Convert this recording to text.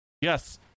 Yes